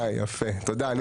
הצבעה אושר סעיף 5 אושר פה אחד.